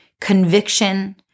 conviction